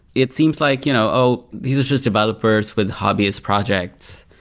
it seems like, you know oh, these are just developers with hobbyist projects.